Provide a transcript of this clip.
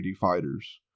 fighters